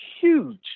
huge